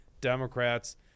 Democrats